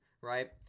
Right